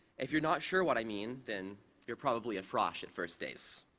if you're not sure what i mean, then you're probably a frosh at first days.